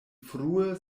frue